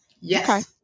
Yes